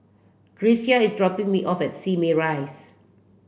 Grecia is dropping me off at Simei Rise